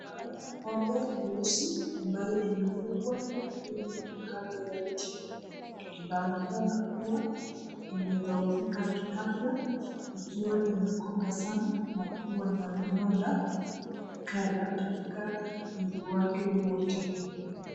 Naona ng'ombe nyeusi ambayo imefungwa na kamba kando ya miti, inaonekana kuwa imedhoofika kiafya ikiwa imekonda sana na kuwa na vinonda kadhaa katika mwili wake wote.